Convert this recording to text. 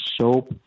soap